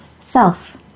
Self